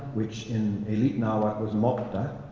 which in elite nahuatl was mocta.